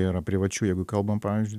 yra privačių jeigu kalbam pavyzdžiui